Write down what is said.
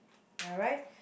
alright